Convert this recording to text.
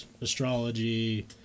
astrology